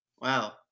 Wow